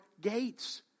gates